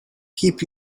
keep